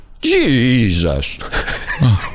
Jesus